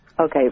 Okay